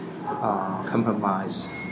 compromise